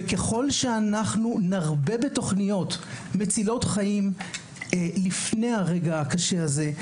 ככל שאנחנו נרבה בתוכניות מצילות חיים לפני הרגע הקשה הזה,